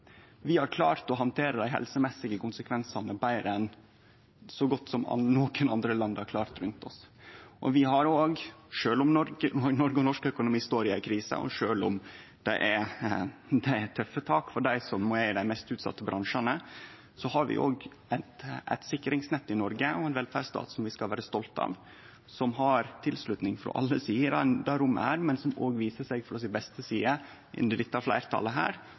Vi har klart å handtere dei helsemessige konsekvensane betre enn så godt som nokon andre land rundt oss har klart det. Vi har òg, sjølv om Noreg og norsk økonomi står i ei krise, og sjølv om det er tøffe tak for dei som er i dei mest utsette bransjane, eit sikringsnett og ein velferdsstat som vi skal vere stolte av, og som har tilslutnad frå alle sider i dette rommet, men som òg viser seg frå si beste side under dette fleirtalet